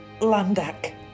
Landak